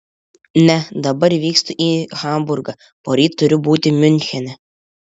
ne dabar vykstu į hamburgą poryt turiu būti miunchene